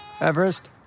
Everest